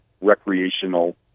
recreational